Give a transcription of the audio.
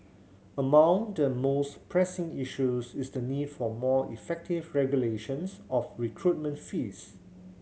among the most pressing issues is the need for more effective regulations of recruitment fees